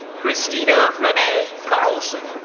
christina rene carlson.